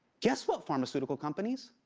guess what, pharmaceutical companies?